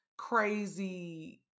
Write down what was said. crazy